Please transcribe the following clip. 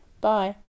Bye